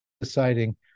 deciding